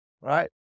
right